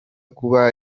kuba